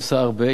עושה הרבה,